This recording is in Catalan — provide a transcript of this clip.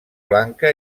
blanca